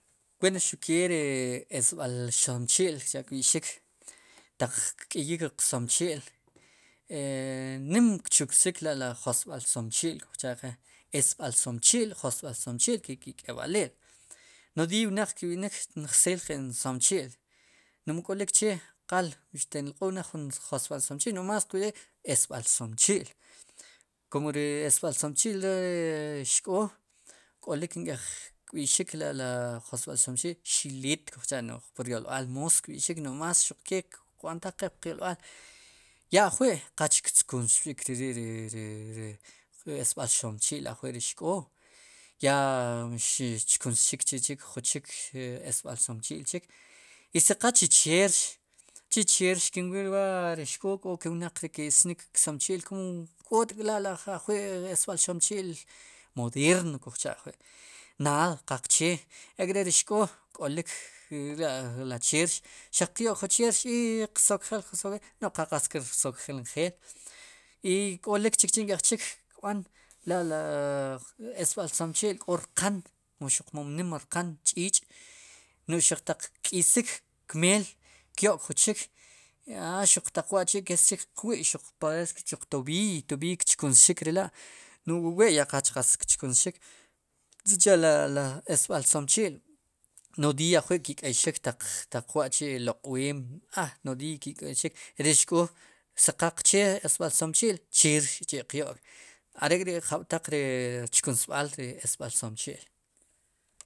Wen xuke xi esb'al somechil cha' kb'i'xik taq kk'iyik ri qsomechi'l nim kchukrsik la' ri josb'al some'chi'l kujcha' qe esb'al somechil esb'al somechi'l keqik'eb'liil nodiiy wnaq kb'inik njseel qen somechi'l no'j mu k'olik chee qal xtin lq'ul ne jun josb'al somechi'l nomás kqb'iij esb'al somechi'l kun re esb'al somechi'l ri xk'oo k'olik nk'ej kb'ixik la josb'al somechi'l xileet kujcha'no'j pur yolb'al moos kb'ixik n'oj más ke kb'antaj qe puq yolb'al ya ajwi' qal kchkussik ri, ri ri esb'al somechi'l ajwi' ri xk'o ya mxi'chkunsxik chichik juchik ju esb'al somechi'l chik i si qal chi cherx, chicheerx kin wil waa ri xk'o k'o ke wnaq ri ki'anik kaomechi'l kum k't'tla ajwi' esb'al somechi'l modeerno kujcha'ajwi' naad qaqchee ek're ri xk'oo k'olik la'ri cheerx xaq qyo'k jun cheer i qsokjel, qsokjesl i no qal qatz kir sokjel njeel i k ólik chikchi' nke'jchik kb'an la, la esb'al spmechi'l k'o rqan xuq mom nim rqan ch'ich' xuq taq kk'isik kmeel kyo'k jun chik a xuq taq wa'kesxik qwi' pares xuq tob'iiy, tob'iiy kchkunsxik lela' no'j wu we qal qatz chkunsxik sicha'ri esb'al somechi'l nodiiy ajwi' li' kéyxik taq wa'chi' loq'ween a nodiiy ki' k'eyxik re xk'o si qaqchee esb'al somechi'l cheerx k'chi' qyo'k are'k'ri'jab'taq ri chkunsb'al esb'al spmechi'l.